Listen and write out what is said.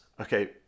okay